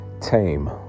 tame